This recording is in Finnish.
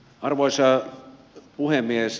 arvoisa puhemies